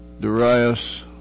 Darius